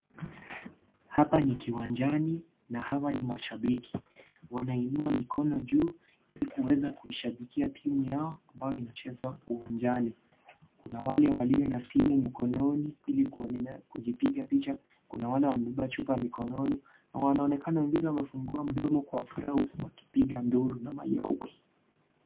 Hapa ni kiwanjani na hawa ni mashabiki, wanainua mikono juu ili kuweza kuishabikia timu yao ambayo inacheza uwanjani. Kuna wale walio na simu mkononi ili kujipiga picha, kuna wale wamebeba chupa mikononi na wanaonekana wengine wamefungua midomo kwa furaha wakipiga nduru na mayowe.